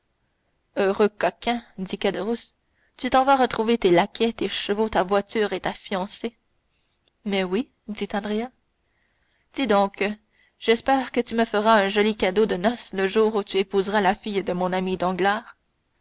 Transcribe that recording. heureux coquin dit caderousse tu t'en vas retrouver tes laquais tes chevaux ta voiture et ta fiancée mais oui dit andrea dis donc j'espère que tu me feras un joli cadeau de noces le jour où tu épouseras la fille de mon ami